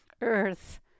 earth